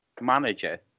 manager